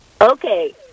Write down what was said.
Okay